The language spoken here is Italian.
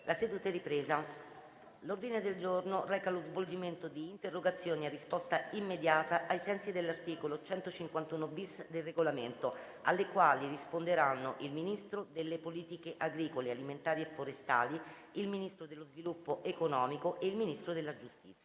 una nuova finestra"). L'ordine del giorno reca lo svolgimento di interrogazioni a risposta immediata (cosiddetto *question time*), ai sensi dell'articolo 151-*bis* del Regolamento, alle quali risponderanno il Ministro delle politiche agricole alimentari e forestali, il Ministro dello sviluppo economico e il Ministro della giustizia.